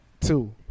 Two